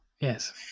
yes